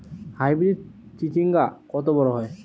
Hybrid চিচিংঙ্গা কত বড় হয়?